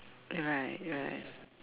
right right